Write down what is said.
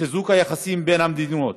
לחיזוק היחסים בין המדינות,